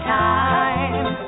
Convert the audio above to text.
time